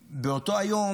ובאותו היום,